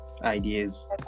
ideas